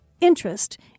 interest